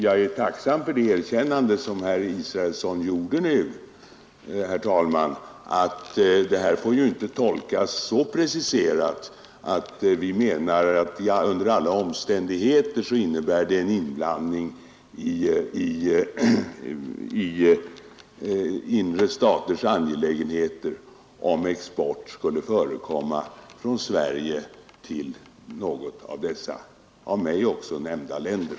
Jag är tacksam för det erkännande som herr Israelsson uttryckte nyss, herr talman, att det här inte får tolkas så preciserat att vi menar att det under alla omständigheter innebär en inblandning i andra staters inre angelägenheter om export av krigsmateriel skulle förekomma från Sverige till något av dessa av mig också nämnda länder.